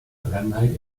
vergangenheit